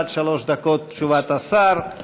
עד שלוש דקות לתשובת השר.